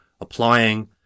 applying